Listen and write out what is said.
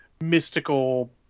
mystical